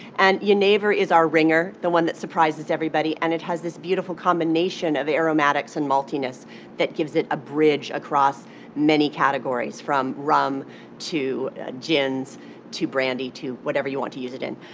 and genever is our ringer, the one that surprises everybody. and it has this beautiful combination of aromatics and maltiness that gives it a bridge across many categories, from rum to ah gins to brandy to whatever you want to use it in.